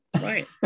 Right